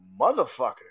motherfucker